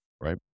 right